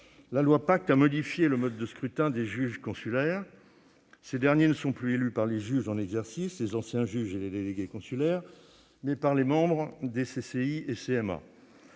la loi Pacte a modifié le mode de scrutin des juges consulaires. Ces derniers sont élus non plus par les juges en exercice, les anciens juges et les délégués consulaires, mais par les membres des CCI et CMA.